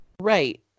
right